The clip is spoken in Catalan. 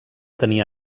tenir